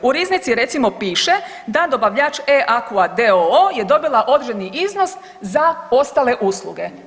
U riznici recimo, piše da dobavljač E-aqua d.o.o. je dobila određeni iznos za ostale usluge.